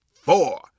four